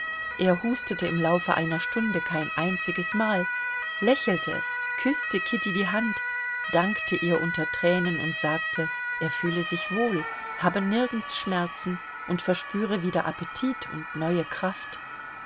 er hustete im laufe einer stunde kein einziges mal lächelte küßte kitty die hand dankte ihr unter tränen und sagte er fühle sich wohl habe nirgends schmerzen und verspüre wieder appetit und neue kraft